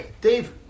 Dave